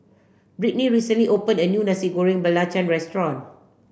Britney recently opened a new Nasi Goreng Belacan restaurant